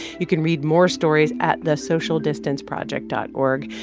you can read more stories at thesocialdistanceproject dot org.